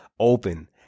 open